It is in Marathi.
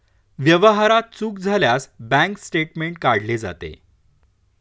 व्यवहारात चूक झाल्यास बँक स्टेटमेंट काढले जाते